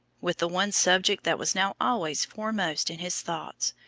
with the one subject that was now always foremost in his thoughts,